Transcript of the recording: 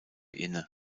inne